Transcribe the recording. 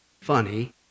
funny